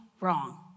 wrong